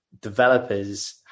developers